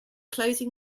closing